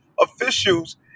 officials